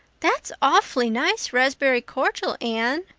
that's awfully nice raspberry cordial, anne,